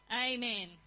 Amen